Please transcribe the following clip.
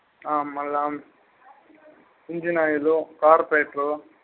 మళ్ళీ engine oil carburettor